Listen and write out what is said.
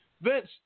Vince